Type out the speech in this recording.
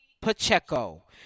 Pacheco